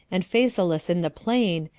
and phasaelis in the plain,